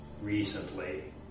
recently